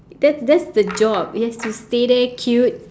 that's that's the job it has to stay there cute